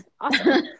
Awesome